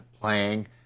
playing